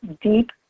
deep